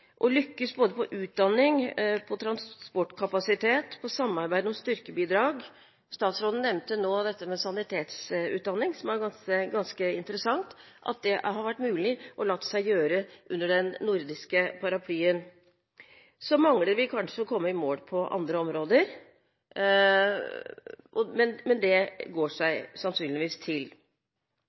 transportkapasitet og samarbeid om styrkebidrag. Statsråden nevnte nå dette med sanitetsutdanning, som er ganske interessant – at det har latt seg gjøre under den nordiske paraplyen. Så mangler vi kanskje å komme i mål på andre områder, men det går seg sannsynligvis til.